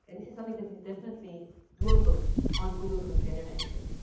and this is something that is definitely doable on google container engine.